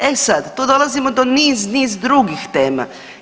E sad, tu dolazimo do niz, niz drugih tema.